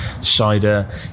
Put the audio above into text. Cider